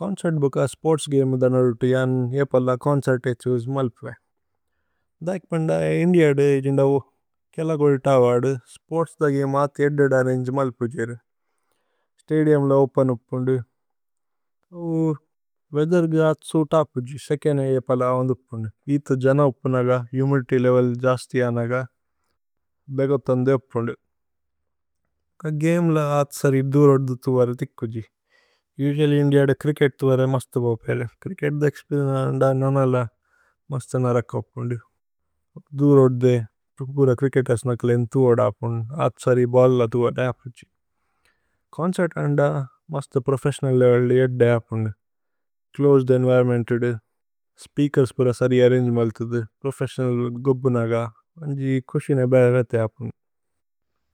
Concert ബുക sports game ദന് അരുതി, ജന് ഏപല ചോന്ചേര്ത് ഏതു ഇസ് മല്പുഏ। ദൈക് പന്ദ ഇന്ദിഅ ദേ ജിന്ദ ഓ കേല കോലി തവ അദു, സ്പോര്ത്സ് ദ ഗമേ അതി ഏദദ രന്ഗേ മല്പുജേരു। സ്തദിഉമ് ല ഓപേന് ഉപ്പുന്ദു। ക വേഅഥേര് ഗ അതി സുത ഉപ്പുജി, സേകേനേ ഏപല അവന്ദുപ്പുന്ദു। ഇതു ജന ഉപ്പുനഗ, ഹുമിദിത്യ് ലേവേല് ജസ്തി അനഗ, ബേഗതന്ദു ഉപ്പുന്ദു। ക ഗമേ ല അതി സരി ദുര് ഓദ്ദുതു വരതിക്കുജി। ഛോന്ചേര്ത് ല ച്രിച്കേത് ഥുവരേ മസ്തു ബോപേരേ। ഛ്രിച്കേത് ദ ഏക്സ്പേരിഏന്ചേ അനന്ദ, നനല മസ്തു നരക ഉപ്പുന്ദു। ദുര് ഓദ്ദേ, പുര ച്രിച്കേത് അസനകല് ഏന്ഥു ഓദ്ദ ഉപ്പുന്ദു। അതി സരി ബല്ല ഥുവരേ ഉപ്പുജി। ഛോന്ചേര്ത് അനന്ദ, മസ്തു പ്രോഫേസ്സിഓനല് ലേവേല് ഏദ്ദ ഉപ്പുന്ദു। ഛ്ലോസേദ് ഏന്വിരോന്മേന്ത് ഏദു। സ്പേഅകേര്സ് പുര സരി അര്രന്ഗേ മല്ഥുദു। പ്രോഫേസ്സിഓനല് ഗോബ്ബുനഗ। മന്ജി, കുശിനേ ബേവേ വേതേ ഉപ്പുന്ദു।